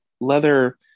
leather